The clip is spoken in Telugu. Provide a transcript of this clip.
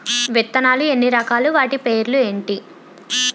విత్తనాలు ఎన్ని రకాలు, వాటి పేర్లు ఏంటి?